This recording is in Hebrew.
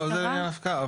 זה הפקעה.